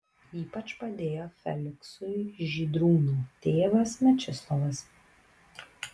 ypač padėjo feliksui žydrūno tėvas mečislovas